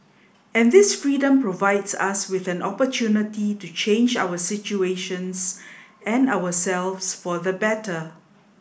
and this freedom provides us with an opportunity to change our situations and ourselves for the better